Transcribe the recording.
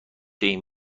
این